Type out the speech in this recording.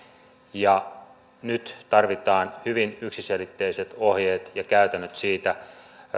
ja nyt tarvitaan hyvin yksiselitteiset ohjeet ja käytännöt siitä